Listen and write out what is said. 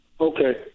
Okay